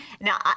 now